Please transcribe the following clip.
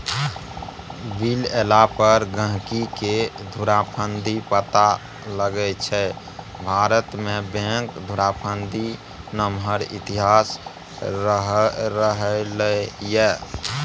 bill एला पर गहिंकीकेँ धुरफंदी पता लगै छै भारतमे बैंक धुरफंदीक नमहर इतिहास रहलै यै